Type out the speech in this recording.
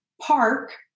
park